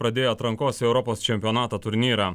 pradėjo atrankos į europos čempionatą turnyrą